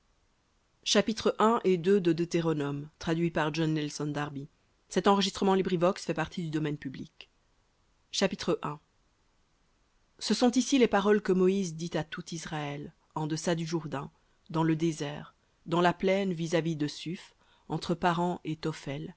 et ce sont ici les paroles que moïse dit à tout israël en deçà du jourdain dans le désert dans la plaine vis-à-vis de suph entre paran